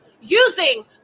using